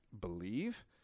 believe—